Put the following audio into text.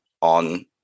on